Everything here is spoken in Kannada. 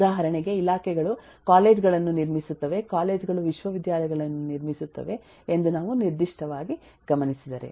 ಉದಾಹರಣೆಗೆ ಇಲಾಖೆಗಳು ಕಾಲೇಜು ಗಳನ್ನು ನಿರ್ಮಿಸುತ್ತವೆ ಕಾಲೇಜು ಗಳು ವಿಶ್ವವಿದ್ಯಾಲಯಗಳನ್ನು ನಿರ್ಮಿಸುತ್ತವೆ ಎಂದು ನಾವು ನಿರ್ದಿಷ್ಟವಾಗಿ ಗಮನಿಸಿದರೆ